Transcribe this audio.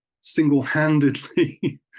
single-handedly